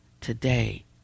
today